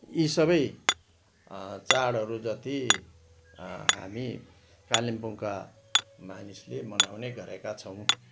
यी सबै चाँडहरू जति हामी कालिम्पोङका मानिसले मनाउने गरेका छौँ